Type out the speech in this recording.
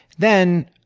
then,